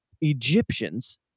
Egyptians